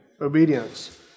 obedience